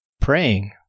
praying